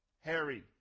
Harry